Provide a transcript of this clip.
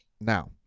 Now